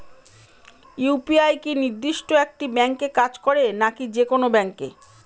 UPI কি নির্দিষ্ট একটি ব্যাংকে কাজ করে নাকি যে কোনো ব্যাংকে?